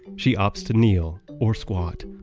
she opts to kneel, or squat,